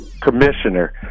Commissioner